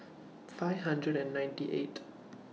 five hundred and ninety eighth